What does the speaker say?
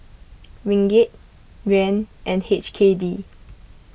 Ringgit Yuan and H K D